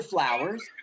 Flowers